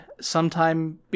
sometime